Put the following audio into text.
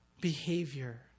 behavior